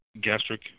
gastric